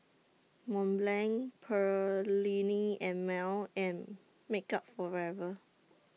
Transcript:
Mont Blanc Perllini and Mel and Makeup Forever